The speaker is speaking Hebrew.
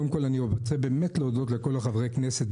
קודם כל אני רוצה באמת להודות לכל חברי הכנסת,